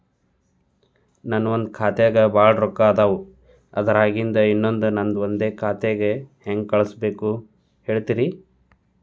ನನ್ ಒಂದ್ ಖಾತ್ಯಾಗ್ ಭಾಳ್ ರೊಕ್ಕ ಅದಾವ, ಅದ್ರಾಗಿಂದ ಇನ್ನೊಂದ್ ನಂದೇ ಖಾತೆಗೆ ಹೆಂಗ್ ಕಳ್ಸ್ ಬೇಕು ಹೇಳ್ತೇರಿ?